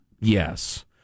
Yes